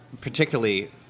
particularly